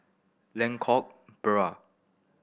Lengkok Bahru